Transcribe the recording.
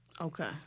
Okay